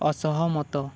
ଅସହମତ